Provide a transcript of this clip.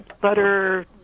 butter